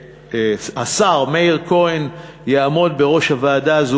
השר מאיר כהן יעמוד בראש הוועדה הזאת,